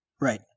Right